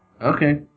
Okay